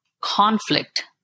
conflict